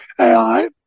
AI